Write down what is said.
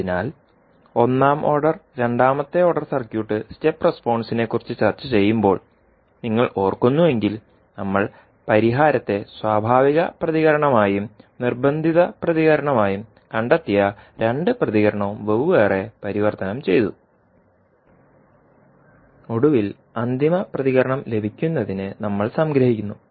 അതിനാൽ ഒന്നാം ഓർഡർ രണ്ടാമത്തെ ഓർഡർ സർക്യൂട്ട് സ്റ്റെപ്പ് റസ്പോൺസിനെക്കുറിച്ച് ചർച്ചചെയ്യുമ്പോൾ നിങ്ങൾ ഓർക്കുന്നുവെങ്കിൽ നമ്മൾ പരിഹാരത്തെ സ്വാഭാവിക പ്രതികരണമായും നിർബന്ധിത പ്രതികരണമായും കണ്ടെത്തിയ രണ്ട് പ്രതികരണവും വെവ്വേറെ പരിവർത്തനം ചെയ്തു ഒടുവിൽ അന്തിമ പ്രതികരണം ലഭിക്കുന്നതിന് നമ്മൾ സംഗ്രഹിക്കുന്നു